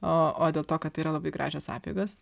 o o dėl to kad yra labai gražios apeigos